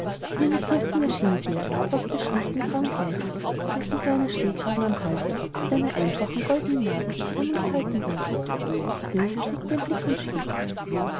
wie eine fürstin erschien sie ihr trotz des schlichten grauen kleides dessen kleiner stehkragen am halse mit einer einfachen goldenen nadel zusammengehalten wurde ilse senkte den blick und schwieg